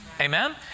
Amen